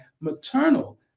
maternal